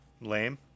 Lame